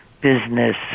business